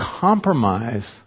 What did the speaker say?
compromise